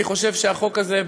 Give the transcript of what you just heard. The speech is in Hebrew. אני חושב שהחוק הזה,